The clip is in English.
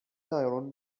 iron